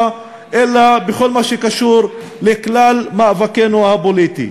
אלא בכל מה שקשור לכלל מאבקנו הפוליטי.